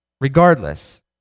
Regardless